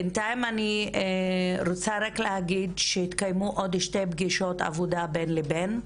בינתיים אני רוצה רק להגיד שהתקיימו עוד שתי פגישות עבודה בין לבין,